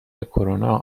کرونا